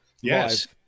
Yes